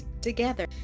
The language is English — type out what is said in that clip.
together